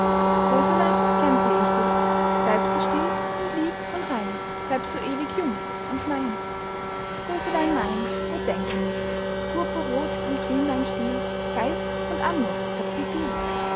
röselein gern seh ich dich bleib so still und lieb und rein bleib so ewig jung und mein röslein mein o denk an mich purpurrot und grün dein stiel geist und anmut hat sie viel